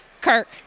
Kirk